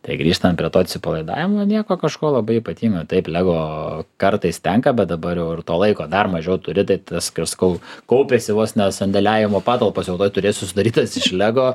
tai grįžtant prie to atsipalaidavimo nieko kažko labai ypatingo taip lego kartais tenka bet dabar jau ir to laiko dar mažiau turi tai tas kai aš sakau kaupiasi vos ne sandėliavimo patalpas jau tuoj turėsiu sudarytas iš lego